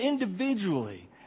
individually